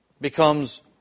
becomes